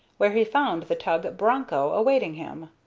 where he found the tug broncho awaiting him.